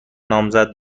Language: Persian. نامزد